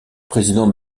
président